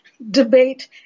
debate